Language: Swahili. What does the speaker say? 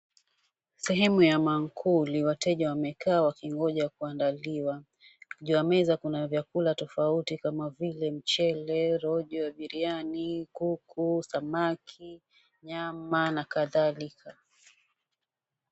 Sehemu ya maankuli wateja wamekaa wakingoja kuandaliwa. Juu ya meza kuna vyakula tofauti kama vile wali, roho, biryani, kuku, samaki, nyama na kadhalika.